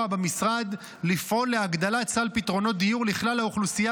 במשרד לפעול להגדלת סל פתרונות דיור לכלל האוכלוסייה,